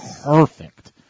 perfect